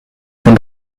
von